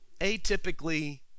atypically